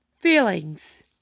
feelings